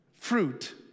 Fruit